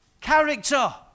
Character